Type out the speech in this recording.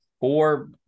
four